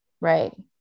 right